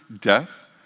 death